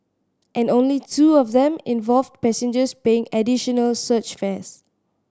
and only two of them involved passengers paying additional surge fares